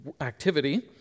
activity